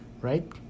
right